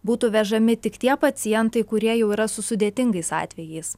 būtų vežami tik tie pacientai kurie jau yra su sudėtingais atvejais